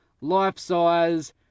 life-size